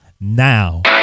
now